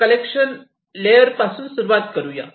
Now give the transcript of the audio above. आपण connection layer पासून सुरुवात करुयात